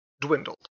dwindled